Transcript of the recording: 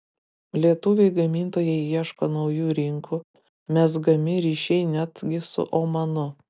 lietuviai gamintojai ieško naujų rinkų mezgami ryšiai netgi su omanu